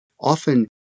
Often